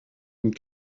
une